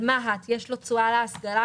על מה"ט יש לו תשואה יפה מאוד להשכלה.